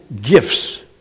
gifts